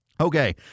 Okay